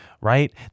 Right